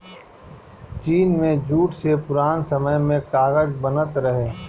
चीन में जूट से पुरान समय में कागज बनत रहे